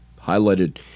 highlighted